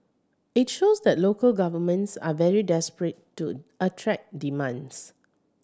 it shows that local governments are very desperate to attract demands